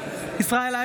(קוראת בשמות חברי הכנסת) ישראל אייכלר,